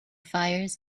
fires